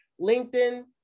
LinkedIn